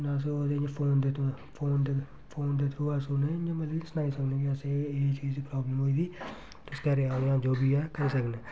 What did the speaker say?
इन्ना अस फोन दे फोन दे थ्रू अस उ'नें गी इ'यां मतलब सनाई सकनें गी अस एह् एह् चीज़ दी प्राब्लम होई दी घरै आह्लें जो बी ऐ करी सकनें